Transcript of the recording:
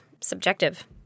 subjective